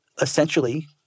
essentially—